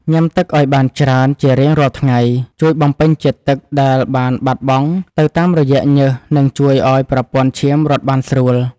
ញ៉ាំទឹកឱ្យបានច្រើនជារៀងរាល់ថ្ងៃជួយបំពេញជាតិទឹកដែលបានបាត់បង់ទៅតាមរយៈញើសនិងជួយឱ្យប្រព័ន្ធឈាមរត់បានស្រួល។